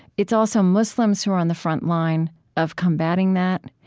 it's also muslims who are on the front line of combatting that.